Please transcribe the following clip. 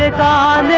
ah da